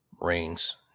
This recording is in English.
rings